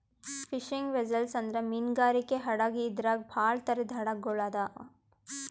fishing vessel ಅಂದ್ರ ಮೀನ್ಗಾರಿಕೆ ಹಡಗ್ ಇದ್ರಾಗ್ ಭಾಳ್ ಥರದ್ ಹಡಗ್ ಗೊಳ್ ಅದಾವ್